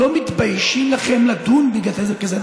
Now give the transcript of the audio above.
אתם לא מתביישים לכם על דבר כזה?